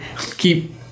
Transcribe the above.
keep